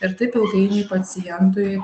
ir taip ilgainiui pacientui